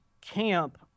camp